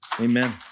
Amen